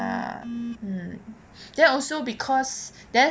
ya um then also because then